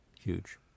Huge